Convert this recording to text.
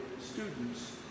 students